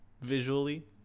Visually